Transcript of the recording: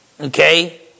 Okay